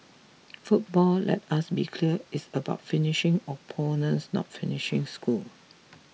football let us be clear is about finishing opponents not finishing schools